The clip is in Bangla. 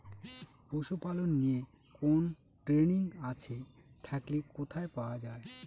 পশুপালন নিয়ে কোন ট্রেনিং আছে থাকলে কোথায় পাওয়া য়ায়?